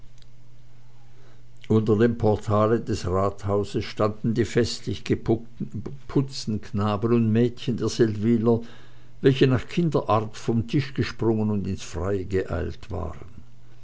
unter dem portale des rathauses standen die festlich geputzten knaben und mädchen der seldwyler welche nach kinderart vom tische gesprungen und ins freie geeilt waren